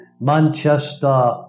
Manchester